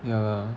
ya lah